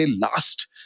last